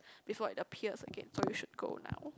before it appears again so we should go now